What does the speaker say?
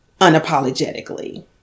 unapologetically